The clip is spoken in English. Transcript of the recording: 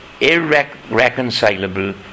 irreconcilable